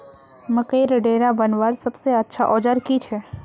मकईर डेरा बनवार सबसे अच्छा औजार की छे?